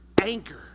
anchor